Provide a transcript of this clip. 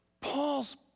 Paul's